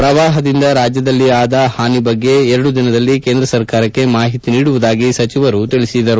ಪ್ರವಾಹದಿಂದ ರಾಜ್ಯದಲ್ಲಿ ಆದ ಹಾನಿ ಬಗ್ಗೆ ಎರಡು ದಿನದಲ್ಲಿ ಕೇಂದ್ರ ಸರ್ಕಾರಕ್ಷೆ ಮಾಹಿತಿ ನೀಡುವುದಾಗಿ ತಿಳಿಸಿದರು